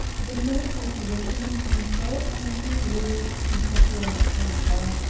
the note was written in pencil on an unruled piece of white paper.